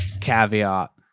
caveat